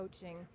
coaching